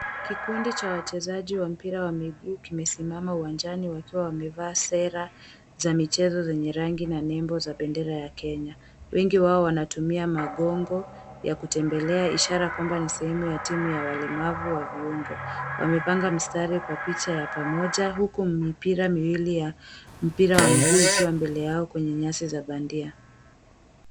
Kikundi cha wachezaji wa mpira wa miguu kimesimama uwanjani wakiwa wamevaa sera za michezo zenye rangi na nembo za bendera ya Kenya. Wengi wao wanatumia magongo ya kutembelea, ishara kwamba ni sehemu ya timu ya walemavu wa viungo. Wamepanga mstari kwa picha ya pamoja huku mipira miwili ya mpira wa mguu ikiwa mbele yao kwenye nyasi za bandia.